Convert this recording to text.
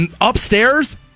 upstairs